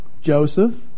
Joseph